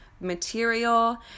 material